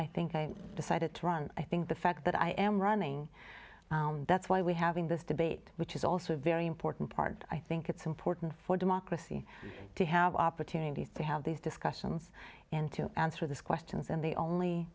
i think i decided to run i think the fact that i am running that's why we having this debate which is also a very important part i think it's important for democracy to have opportunities to have these discussions and to answer those questions and the only